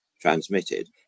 transmitted